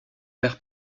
père